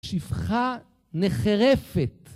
שפחה נחרפת.